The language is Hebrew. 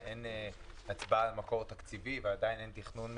עכשיו הצבעה על מקור תקציבי ואין תכנון מדויק,